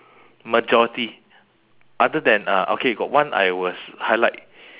majority other than uh okay got one I was highlight